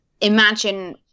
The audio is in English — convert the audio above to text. imagine